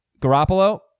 Garoppolo